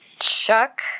Chuck